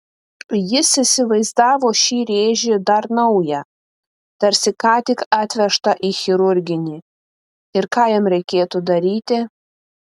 jis įsivaizdavo šį rėžį dar naują tarsi ką tik atvežtą į chirurginį ir ką jam reikėtų daryti